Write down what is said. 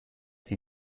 sie